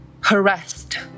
harassed